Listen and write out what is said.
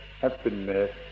happiness